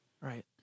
right